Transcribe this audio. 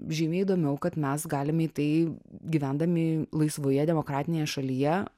žymiai įdomiau kad mes galim į tai gyvendami laisvoje demokratinėje šalyje